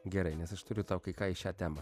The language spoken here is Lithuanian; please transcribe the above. gerai nes aš turiu tau kai ką į šią temą